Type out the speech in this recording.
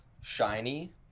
shiny